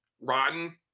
rotten